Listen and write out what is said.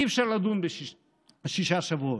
אי-אפשר לדון בשישה שבועות.